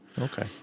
okay